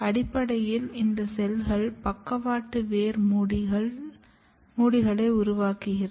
அடிப்படையில் இந்த செல்கள் பக்கவாட்டு வேர் மூடிகளை உருவாக்கிறது